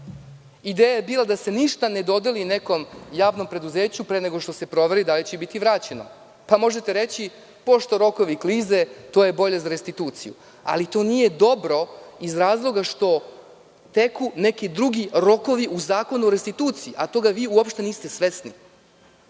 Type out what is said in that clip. ideja je bila da se ništa ne dodeli nekom javnom preduzeću pre nego što se proveri da li će biti vraćeno. Pa, možete reći – pošto rokovi klize, to je bolje za restituciju. Ali, to nije dobro iz razloga što teku neki drugi rokovi u Zakonu o restituciji, a toga vi uopšte niste svesni.